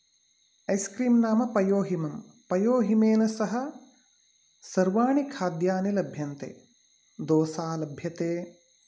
ice cream नाम पयोहिमं पयोहिमेन सह सर्वाणि खाद्यनि लभ्यन्ते दोसा लभ्यते